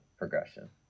progression